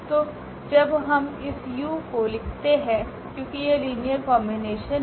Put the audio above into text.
तो जब हम इस u को लिखते है क्योकि यह लीनियर कॉम्बिनेशन हैं